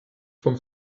vom